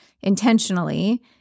intentionally